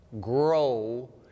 grow